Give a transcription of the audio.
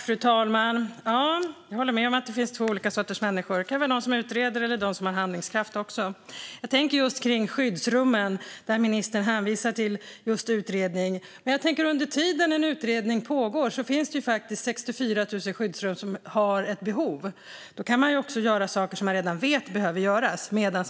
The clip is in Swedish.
Fru talman! Jag håller med om att det finns två olika sorters människor. Det kan också vara de som utreder och de som har handlingskraft. När det gäller skyddsrummen hänvisar ministern till just en utredning. Men jag tänker att under tiden den utredningen pågår finns det faktiskt 64 000 skyddsrum som har ett behov. Då kan man också göra saker som man redan vet behöver göras medan